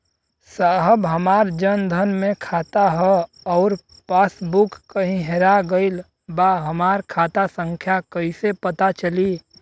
साहब हमार जन धन मे खाता ह अउर पास बुक कहीं हेरा गईल बा हमार खाता संख्या कईसे पता चली?